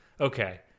okay